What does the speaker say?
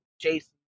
Jason